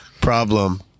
problem